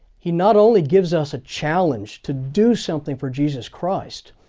he not only gives us a challenge to do something for jesus christ,